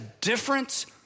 difference